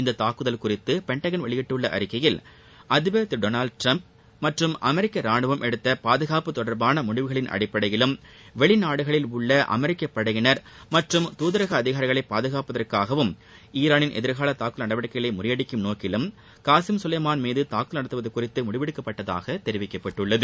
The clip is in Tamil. இந்தத் தாக்குதல் குறித்து பென்டகன் வெளியிட்டுள்ள அறிக்கையில் அதிபர் திரு டொனால்ட் ட்ரம்ப் மற்றும் அமெரிக்க ரானுவம் எடுத்த பாதுகாப்பு தொடர்பான முடிவுகளின் அடிப்படையிலும் வெளிநாடுகளில் உள்ள அமெரிக்கப் படையினர் மற்றும் துதரக அதிகாரிகளை பாதுகாப்பதற்காகவும் ஈரானின் எதிர்கால தாக்குதல் நடவடிக்கைகளை முறியடிக்கும் நோக்கிலும் காசிம் கலைமான் மீது தாக்குதல் நடத்துவது குறித்து முடிவெடுக்கப்பட்டதாகத் தெரிவிக்கப்பட்டுள்ளது